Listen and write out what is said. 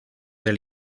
del